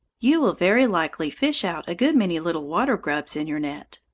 you will very likely fish out a good many little water grubs in your net.